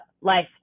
life